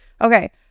Okay